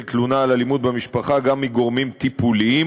תלונה על אלימות במשפחה גם מגורמים טיפוליים,